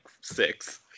six